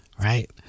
right